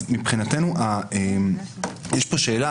אז מבחינתנו יש פה שאלה,